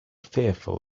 fearful